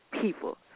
people